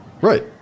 right